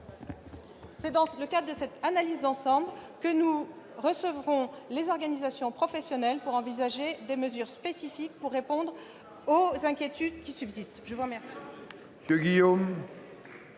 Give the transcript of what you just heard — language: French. C'est dans le cadre de cette analyse d'ensemble que nous recevrons les représentants des organisations professionnelles, afin d'envisager des mesures spécifiques pour répondre aux inquiétudes qui subsistent.